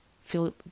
feel